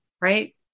right